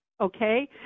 okay